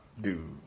dude